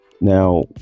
Now